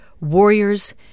warriors